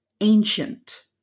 ancient